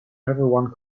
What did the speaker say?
everyone